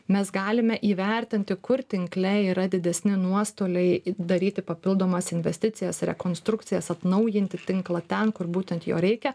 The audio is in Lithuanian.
mes galime įvertinti kur tinkle yra didesni nuostoliai daryti papildomas investicijas rekonstrukcijas atnaujinti tinklą ten kur būtent jo reikia